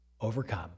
overcome